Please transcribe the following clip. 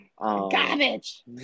Garbage